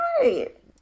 right